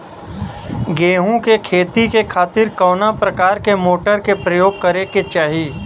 गेहूँ के खेती के खातिर कवना प्रकार के मोटर के प्रयोग करे के चाही?